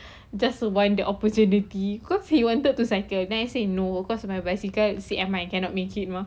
just want the opportunity cause he wanted to cycle then I say no cause my bicycle C_M_I cannot make it mah